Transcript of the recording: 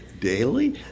daily